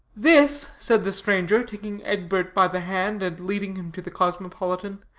this, said the stranger, taking egbert by the hand and leading him to the cosmopolitan,